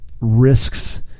risks